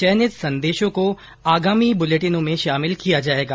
चयनित संदेशों को आगामी बुलेटिनों में शामिल किया जाएगा